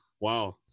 Wow